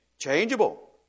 Changeable